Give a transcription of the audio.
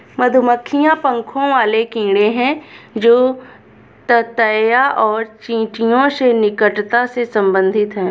मधुमक्खियां पंखों वाले कीड़े हैं जो ततैया और चींटियों से निकटता से संबंधित हैं